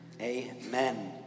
Amen